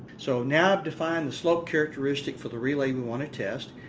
so now i've defined the slope characteristic for the relay we want to test.